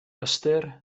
ystyr